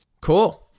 Cool